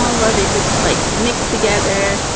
all of it just like mix together.